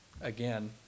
again